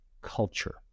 culture